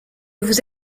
vous